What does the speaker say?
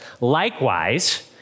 Likewise